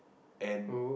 and